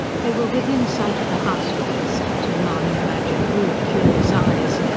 they were within sight of the house where they sat and mahony imagined rude, curious eyes.